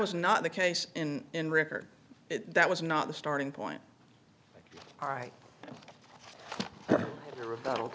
was not the case in in record that was not the starting point all right reb